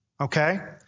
Okay